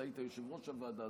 אתה היית יושב-ראש הוועדה,